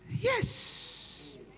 Yes